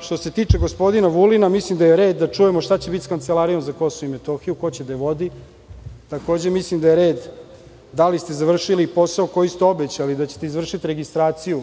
što se tiče gospodina Vulina, mislim da je red da čujemo šta će biti sa Kancelarijom za Kosovo i Metohiju, ko će da je vodi. Takođe mislim da je red - da li ste završili posao koji ste obećali da ćete izvršiti registraciju